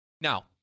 Now